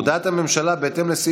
גם הצעת